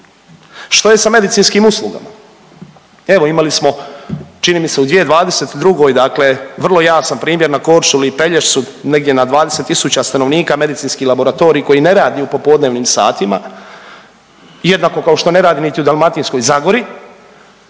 Što je sa medicinskim uslugama? Evo, imali smo, čini mi se, u 2022. dakle vrlo jasan primjer na Korčuli i Pelješću, negdje na 20 tisuća stanovnika, medicinski laboratorij koji ne radi u popodnevnim satima, jednako kao što ne radi niti u Dalmatinskoj zagori